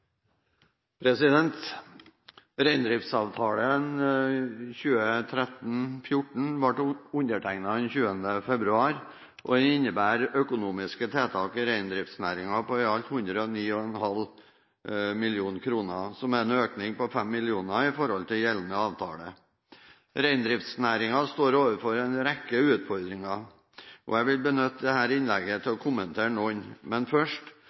til. Reindriftsavtalen 2013/2014 ble undertegnet den 20. februar og innebærer økonomiske tiltak i reindriftsnæringen på i alt 109,5 mill. kr, som er en økning på 5 mill. kr i forhold til gjeldende avtale. Reindriftsnæringen står overfor en rekke utfordringer, og jeg vil benytte dette innlegget til å kommentere noen. Men først: